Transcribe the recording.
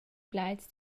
plaids